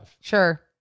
Sure